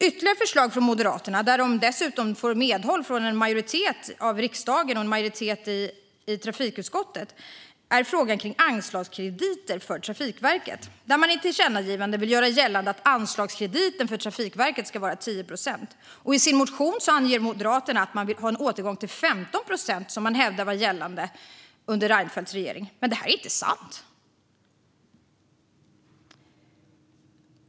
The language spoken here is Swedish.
Ytterligare ett förslag från Moderaterna, där de dessutom får medhåll av en majoritet i riksdagen och i trafikutskottet, gäller anslagskrediter för Trafikverket. Där vill man i ett tillkännagivande göra gällande att anslagskrediten för Trafikverket ska vara 10 procent. I sin motion anger Moderaterna att de vill ha en återgång till 15 procent, som de hävdar var gällande under Reinfeldts regering. Men det är ju inte sant.